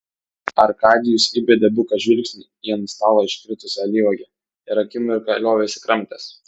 arkadijus įbedė buką žvilgsnį į ant stalo iškritusią alyvuogę ir akimirką liovėsi kramtęs